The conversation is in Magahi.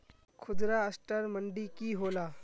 खुदरा असटर मंडी की होला?